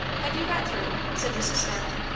have you got through? said mrs. starling.